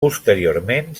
posteriorment